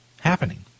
happening